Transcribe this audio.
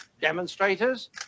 demonstrators